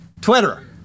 Twitter